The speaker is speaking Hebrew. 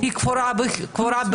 היא קבורה בחינם.